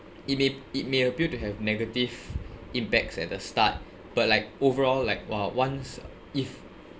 it may it may appear to have negative impacts at the start but like overall like !wah! once if